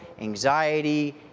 anxiety